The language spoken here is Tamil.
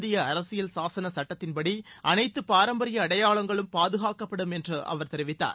இந்திய அரசியல் சாசன சுட்டத்தின்படி அனைத்து பாரம்பரிய அடையாளங்களும் பாதுகாக்கப்படும் என்று அவர் தெரிவித்தார்